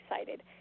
excited